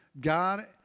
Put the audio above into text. God